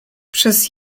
przez